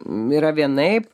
yra vienaip